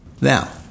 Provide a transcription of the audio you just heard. Now